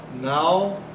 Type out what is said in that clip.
Now